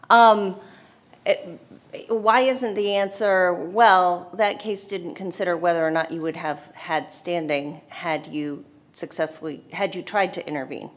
why isn't the answer well that case didn't consider whether or not you would have had standing had you successfully had you tried to intervene